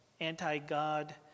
anti-God